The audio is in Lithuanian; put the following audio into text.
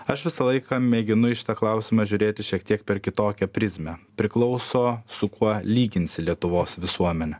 aš visą laiką mėginu į šitą klausimą žiūrėti šiek tiek per kitokią prizmę priklauso su kuo lyginsi lietuvos visuomenę